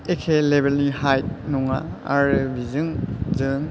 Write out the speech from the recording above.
एके लेबेलनि हाइत नङा आरो बिजों आंजों